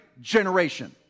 generation